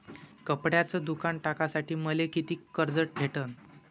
कपड्याचं दुकान टाकासाठी मले कितीक कर्ज भेटन?